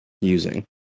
using